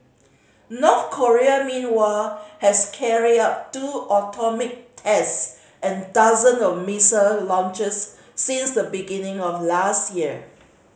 North Korea meanwhile has carried out two atomic test and dozens of missile launches since the beginning of last year